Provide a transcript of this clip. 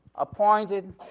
appointed